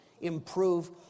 improve